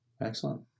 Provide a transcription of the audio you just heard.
Excellent